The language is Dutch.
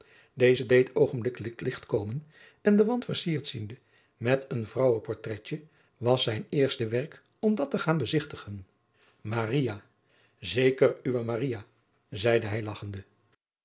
deze deed oogenblikkelijk licht komen en den wand versierd ziende met een vrouwen pourtraitje was zijn eerste werk om dat te gaan bezigtigen maria zeker uwe maria zeide hij lagchende